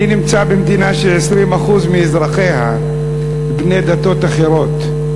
אני נמצא במדינה ש-20% מאזרחיה הם בני דתות אחרות,